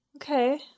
Okay